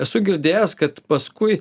esu girdėjęs kad paskui